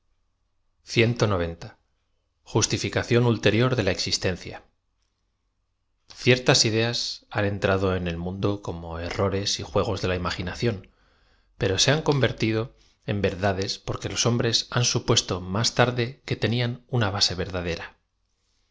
id ie rio r de la existencia ciertas ideas han entrado en el mundo como erro res y juegos de la imaginación pero se han convertído en verdades porque los hombres han supuesto más tarde que tenían una base verdadera